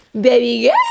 baby